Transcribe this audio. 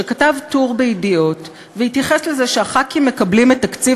שכתב טור ב'ידיעות' והתייחס לזה שהח"כים מקבלים את תקציב